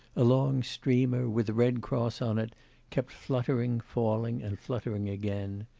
a long streamer, with a red cross on it, kept fluttering, falling, and fluttering again.